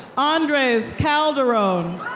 andres calderon.